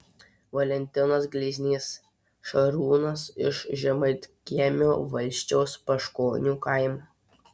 valentinas gleiznys šarūnas iš žemaitkiemio valsčiaus paškonių kaimo